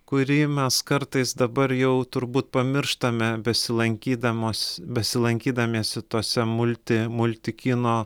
kurį mes kartais dabar jau turbūt pamirštame besilankydamos besilankydamiesi tose multi multi kino